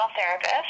therapist